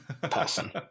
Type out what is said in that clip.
person